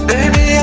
Baby